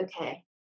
Okay